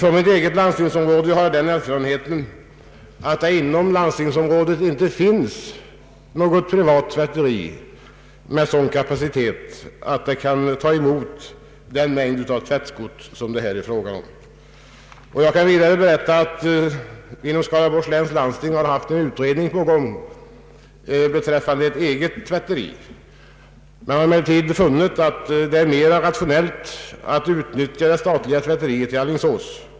Från mitt eget landstingsområde har jag den erfarenheten att det inom landstingsområdet inte finns något privat tvätteri med en sådan kapacitet att det kunde ta emot den mängd av tvättgods som det här är fråga om. Jag kan vidare berätta att man inom Skaraborgs läns landsting haft en utredning beträffande eget tvätteri, men funnit att det är mer rationellt att utnyttja det statliga tvätteriet i Alingsås.